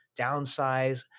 downsize